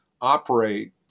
operate